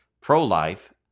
pro-life